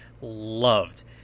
loved